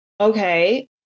okay